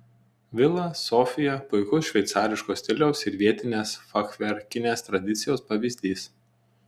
vila sofija puikus šveicariško stiliaus ir vietinės fachverkinės tradicijos pavyzdys